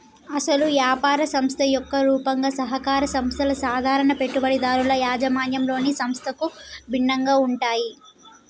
అసలు యాపార సంస్థ యొక్క రూపంగా సహకార సంస్థల సాధారణ పెట్టుబడిదారుల యాజమాన్యంలోని సంస్థలకు భిన్నంగా ఉంటాయి